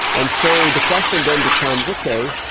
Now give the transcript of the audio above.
and so the question then becomes, okay,